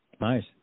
Nice